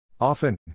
Often